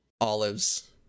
olives